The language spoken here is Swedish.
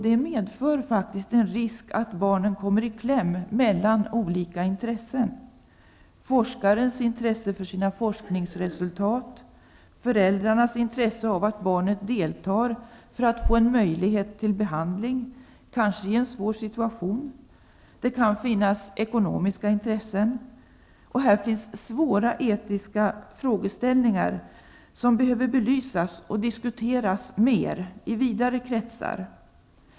Det medför faktiskt en risk att barnen kommer i kläm mellan olika intressen -- forskarens intresse för sina forskningsresultat, föräldrarnas intresse av att barnet deltar för att få en möjlighet till behandling, kanske i en svår situation, och möjligen även ekonomiska intressen. Det uppstår här svåra etiska frågeställningar som behöver belysas och diskuteras mer i vidare kretsar.